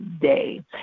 day